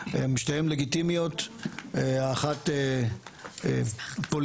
הן שתיהן לגיטימיות אחת פוליטית